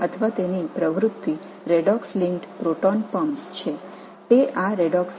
அதன் செயல்பாடு ரெடாக்ஸ் இணைக்கப்பட்ட புரோட்டான் பம்புகள் ஆகும்